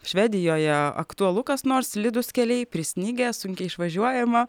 švedijoje aktualu kas nors slidūs keliai prisnigę sunkiai išvažiuojama